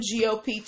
GOP